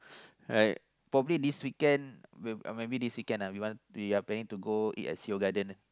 right probably this weekend uh maybe this weekend ah we want we are planning to go eat ah Seoul-Garden